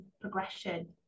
progression